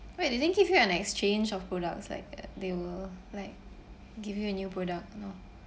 wait they didn't give you an exchange of products like they will like give you a new product no